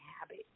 habit